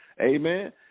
Amen